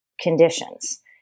conditions